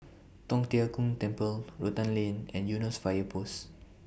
Tong Tien Kung Temple Rotan Lane and Eunos Fire Post